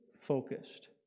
focused